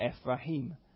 Ephraim